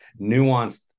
nuanced